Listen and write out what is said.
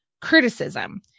criticism